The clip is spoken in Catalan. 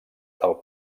del